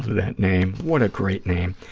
that name, what a great name.